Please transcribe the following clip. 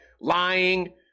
lying